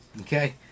okay